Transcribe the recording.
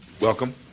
welcome